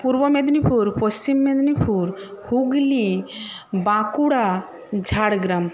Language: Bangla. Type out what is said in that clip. পূর্ব মেদিনীপুর পশ্চিম মেদিনীপুর হুগলি বাঁকুড়া ঝাড়গ্রাম